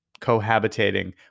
cohabitating